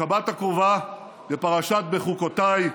בשבת הקרובה, בפרשת בחוקותי,